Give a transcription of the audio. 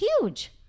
Huge